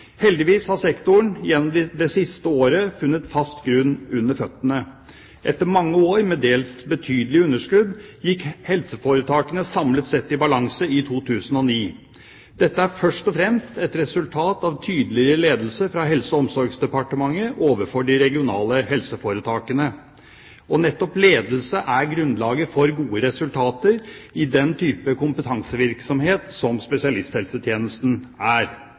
Heldigvis har sektoren gjennom det siste året funnet fast grunn under føttene. Etter mange år med dels betydelige underskudd gikk helseforetakene samlet sett i balanse i 2009. Dette er først og fremst et resultat av tydeligere ledelse fra Helse- og omsorgsdepartementet overfor de regionale helseforetakene. Og nettopp ledelse er grunnlaget for gode resultater i den type kompetansevirksomhet som spesialisthelsetjenesten er.